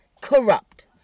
corrupt